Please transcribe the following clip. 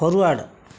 forward